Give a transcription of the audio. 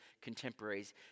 contemporaries